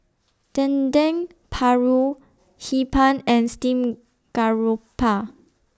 Dendeng Paru Hee Pan and Steamed Garoupa